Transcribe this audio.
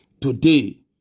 today